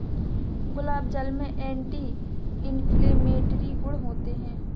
गुलाब जल में anti inflammatory गुण होते हैं